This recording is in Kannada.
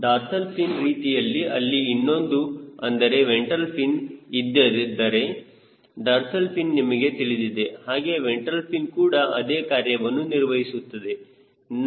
ಡಾರ್ಸಲ್ ಫಿನ್ ರೀತಿಯಲ್ಲಿ ಅಲ್ಲಿ ಇನ್ನೊಂದು ಅಂದರೆ ವೆಂಟ್ರಲ್ ಫಿನ್ ಇದ್ದಿದ್ದರೆ ಡಾರ್ಸಲ್ ಫಿನ್ ನಿಮಗೆ ತಿಳಿದಿದೆ ಹಾಗೆ ವೆಂಟ್ರಲ್ ಫಿನ್ ಕೂಡ ಅದೇ ಕಾರ್ಯವನ್ನು ನಿರ್ವಹಿಸುತ್ತಿತ್ತು